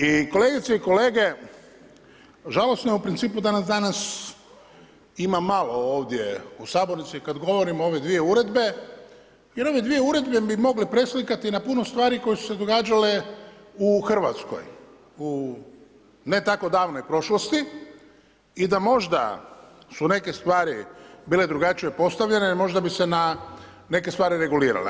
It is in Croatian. I kolegice i kolege žalosno je u principu da nas danas ima malo ovdje u sabornici i kada govorimo o ove dvije uredbe jer ove dvije uredbe bi mogle preslikati na puno stvari koje su se događale u Hrvatskoj, u ne tako davnoj prošlosti i da možda su neke stvari bile drugačije postavljene možda bi se neke stvari regulirale.